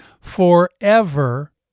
forever